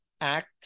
act